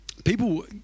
People